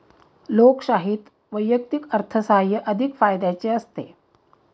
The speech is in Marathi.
लोकशाहीत वैयक्तिक अर्थसाहाय्य अधिक फायद्याचे असते